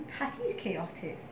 tati is chaotic